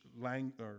language